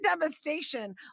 devastation